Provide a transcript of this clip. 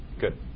Good